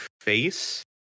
face